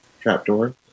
trapdoor